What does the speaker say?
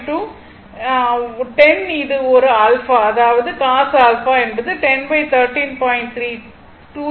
2 10 இது ஒரு α அதாவது cos α என்பது 10 13